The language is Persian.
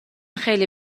خیلی